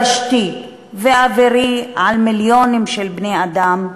יבשתי ואווירי על מיליונים של בני-אדם,